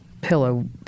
pillow